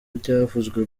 byavuzwe